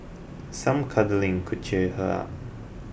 some cuddling could cheer her up